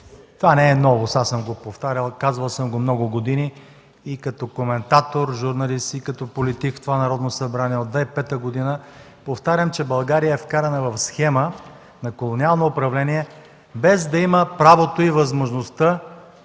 Това не е новост, аз съм го повтарял, казвал съм го много години и като коментатор-журналист, и като политик в това Народно събрание. От 2005 г. повтарям, че България е вкарана в схема на колониално управление, без да има правото и възможността